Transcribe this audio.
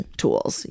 tools